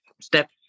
step